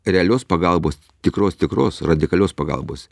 realios pagalbos tikros tikros radikalios pagalbos